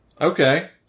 Okay